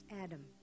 Adam